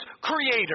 Creator